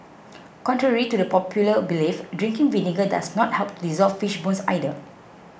contrary to the popular belief drinking vinegar does not help to dissolve fish bones either